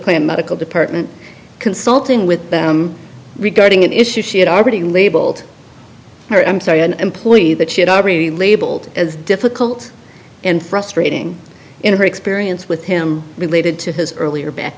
plant medical department consulting with them regarding an issue she had already labeled her i'm sorry an employee that she had already labeled as difficult and frustrating in her experience with him related to his earlier back